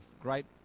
great